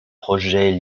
projets